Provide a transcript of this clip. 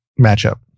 matchup